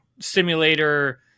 simulator